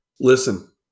Listen